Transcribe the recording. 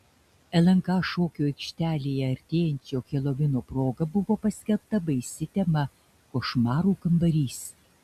lnk šokių aikštelėje artėjančio helovino proga buvo paskelbta baisi tema košmarų kambarys